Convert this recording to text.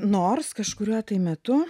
nors kažkuriuo tai metu